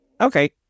Okay